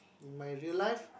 in my real life